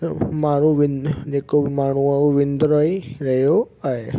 माण्हू विन जेको बि माण्हू आहे हू विंद्रो ई रहियो आहे